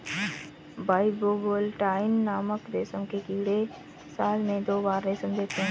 bivoltine नामक रेशम के कीड़े साल में दो बार रेशम देते है